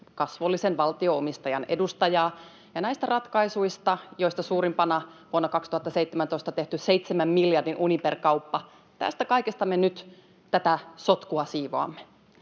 kasvollisen valtio-omistajan edustajaa, ja näistä ratkaisuista, joista suurimpana vuonna 2017 tehty seitsemän miljardin Uniper-kauppa, tästä kaikesta me nyt tätä sotkua siivoamme.